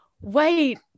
Wait